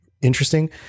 interesting